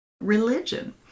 religion